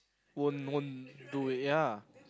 won't won't do it ya